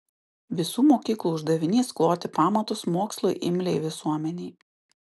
visų mokyklų uždavinys kloti pamatus mokslui imliai visuomenei